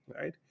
right